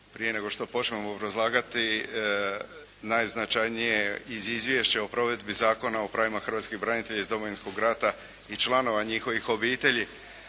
Prije nego što počnem obrazlagati, najznačajnije iz izvješća o provedbi Zakona o pravima hrvatskih branitelja iz Domovinskog rata i članova njihovih obitelji